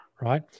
right